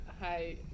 Hi